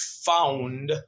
found